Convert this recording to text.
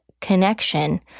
connection